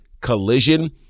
Collision